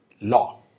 law